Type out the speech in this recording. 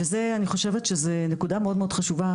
וזה אני חושבת שזה נקודה מאוד מאוד חשובה